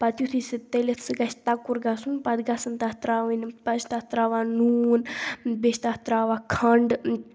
پَتہٕ یِتھُے سُہ تٔلِتھ سُہ گَژھِ ترٛکُر گَژھان پَتہٕ گَژھان تَتھ ترٛاوٕنۍ پَتہٕ چھِ ترٛاوان نوٗن بیٚیہِ چھِ تَتھ ترٛاوان کَھنٛڈ